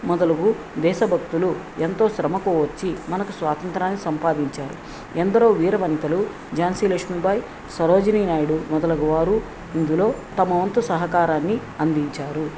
మొదలుగు దేశభక్తులు ఎంతో శ్రమకోర్చి మనకు స్వాతంత్రాన్ని సంపాదించారు ఎందరో వీరవనితలు ఝాన్సీ లక్ష్మీభాయ్ సరోజనీ నాయుడు మొదలగు వారు ఇందులో తమ వంతు సహకారాన్ని అందించారు